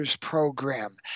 program